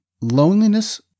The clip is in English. loneliness